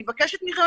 אני מבקשת מכם